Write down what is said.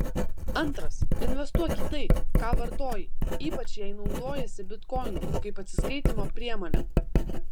antras investuok į tai ką vartoji ypač jei naudojiesi bitkoinu kaip atsiskaitymo priemone